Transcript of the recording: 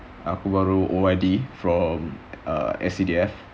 aku baru O_R_D from uh S_C_D_F